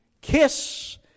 Kiss